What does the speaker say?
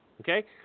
Okay